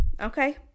Okay